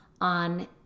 on